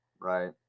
right